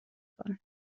کند